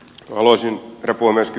herra puhemies